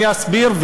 אני אסביר,